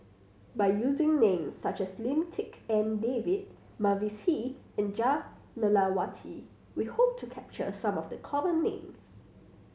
by using names such as Lim Tik En David Mavis Hee and Jah Lelawati we hope to capture some of the common names